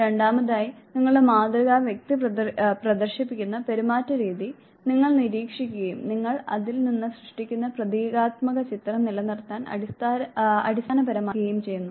രണ്ടാമതായി നിങ്ങളുടെ മാതൃകാ വ്യക്തി പ്രദർശിപ്പിക്കുന്ന പെരുമാറ്റരീതി നിങ്ങൾ നിരീക്ഷിക്കുകയും നിങ്ങൾ അതിൽ നിന്ന് സൃഷ്ടിക്കുന്ന പ്രതീകാത്മക ചിത്രം നിലനിർത്താൻ അടിസ്ഥാനപരമായി ശ്രമിക്കുകയും ചെയ്യുന്നു